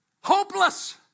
hopeless